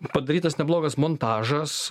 padarytas neblogas montažas